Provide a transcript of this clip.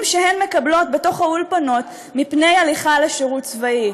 שהן מקבלות בתוך האולפנות מפני הליכה לשירות הצבאי.